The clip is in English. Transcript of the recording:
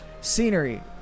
Scenery